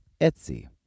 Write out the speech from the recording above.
Etsy